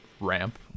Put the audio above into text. ramp